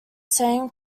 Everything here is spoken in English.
same